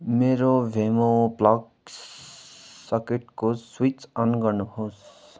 मेरो भेमो प्लग सकेटको स्विच अन गर्नुहोस्